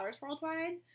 worldwide